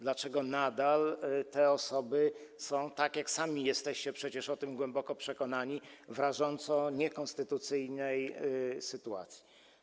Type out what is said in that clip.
Dlaczego nadal te osoby są - tak jak sami jesteście przecież o tym głęboko przekonani - w rażąco niekonstytucyjnej sytuacji?